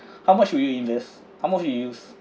how much will you invest how much you use